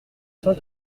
cent